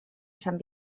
sant